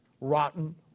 rotten